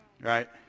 right